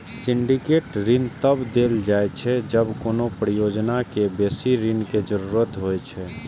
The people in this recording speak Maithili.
सिंडिकेट ऋण तब देल जाइ छै, जब कोनो परियोजना कें बेसी ऋण के जरूरत होइ छै